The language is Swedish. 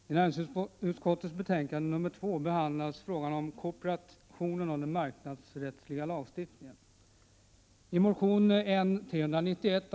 Herr talman! I näringsutskottets betänkande 2 behandlas frågan om kooperationen och den marknadsrättsliga lagstiftningen.